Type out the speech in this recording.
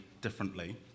differently